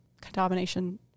contamination